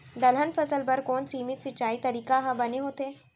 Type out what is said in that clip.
दलहन फसल बर कोन सीमित सिंचाई तरीका ह बने होथे?